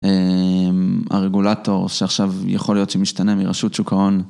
אמ.. הרגולטור שעכשיו יכול להיות שמשתנה מראשות שוק ההון.